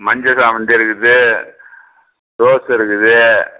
மஞ்ச சாமந்தி இருக்குது ரோஸு இருக்குது